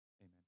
Amen